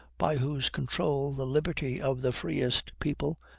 by whose control the liberty of the freest people,